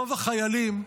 רוב החיילים,